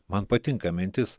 man patinka mintis